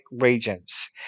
regions